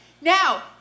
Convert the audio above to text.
now